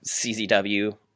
CZW